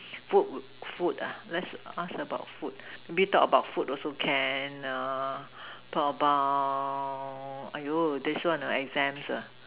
food food ah let's ask about food maybe talk about food also can err talk about !aiyo! this one exams ah